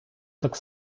так